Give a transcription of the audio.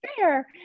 fair